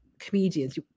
comedians